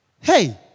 Hey